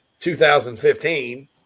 2015